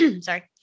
Sorry